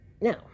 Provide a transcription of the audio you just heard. Now